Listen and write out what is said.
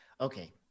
okay